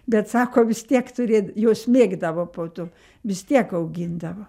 bet sako vis tiek turėt jos mėgdavo po to vis tiek augindavo